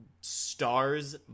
stars